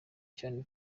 cyane